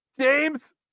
James